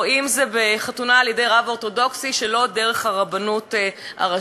או אם זה בחתונה על-ידי רב אורתודוקסי שלא דרך הרבנות הראשית.